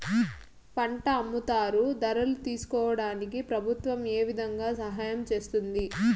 పంట అమ్ముతారు ధరలు తెలుసుకోవడానికి ప్రభుత్వం ఏ విధంగా సహాయం చేస్తుంది?